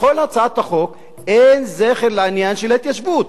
בכל הצעת החוק אין זכר לעניין של ההתיישבות.